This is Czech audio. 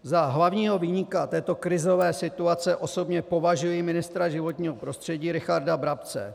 Za hlavního viníka této krizové situace osobně považuji ministra životního prostředí Richarda Brabce.